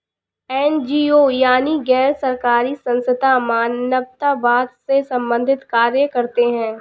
NGO यानी गैर सरकारी संस्थान मानवतावाद से संबंधित कार्य करते हैं